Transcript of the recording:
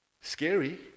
Scary